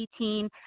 2018